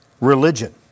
religion